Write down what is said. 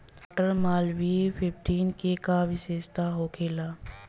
मटर मालवीय फिफ्टीन के का विशेषता होखेला?